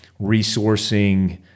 resourcing –